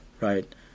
Right